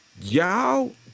Y'all